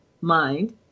mind